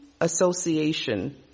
association